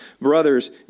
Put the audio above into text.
Brothers